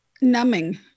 numbing